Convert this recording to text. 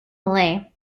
malay